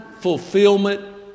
fulfillment